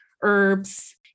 herbs